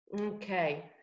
okay